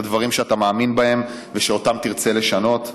הדברים שאתה מאמין בהם ושאותם תרצה לשנות.